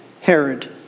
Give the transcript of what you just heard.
Herod